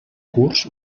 curs